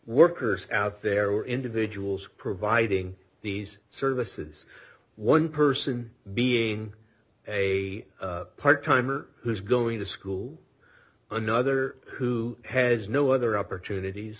workers out there were individuals providing these services one person being a part timer who's going to school another who has no other opportunities